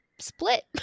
Split